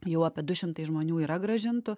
jau apie du šimtai žmonių yra grąžintų